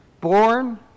born